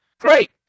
Great